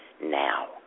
Now